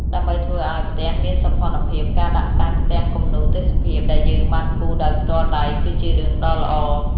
ដើម្បីធ្វើឲ្យផ្ទះមានសោភ័ណភាព ការដាក់តាំងផ្ទាំងគំនូរទេសភាពដែលយើងបានគូរដោយផ្ទាល់ដៃគឺជារឿងដ៏ល្អ។